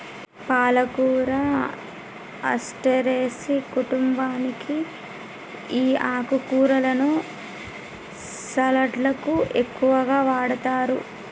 పాలకూర అస్టెరెసి కుంటుంబానికి ఈ ఆకుకూరలను సలడ్లకు ఎక్కువగా వాడతారు